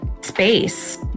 space